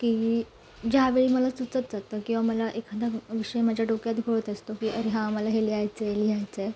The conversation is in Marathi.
की ज्यावेळी मला सुचत जातं किंवा मला एखादा विषय माझ्या डोक्यात घोळत असतो अरे हां मला हे लिहायचं आहे लिहायचं आहे